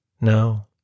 No